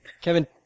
Kevin